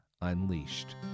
Unleashed